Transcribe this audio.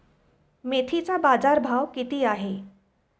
मेथीचा बाजारभाव किती आहे?